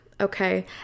Okay